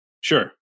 Sure